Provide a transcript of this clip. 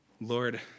Lord